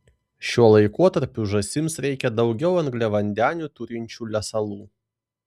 šiuo laikotarpiu žąsims reikia daugiau angliavandenių turinčių lesalų